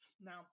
Now